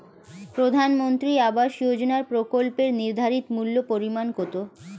প্রধানমন্ত্রী আবাস যোজনার প্রকল্পের নির্ধারিত মূল্যে পরিমাণ কত?